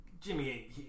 Jimmy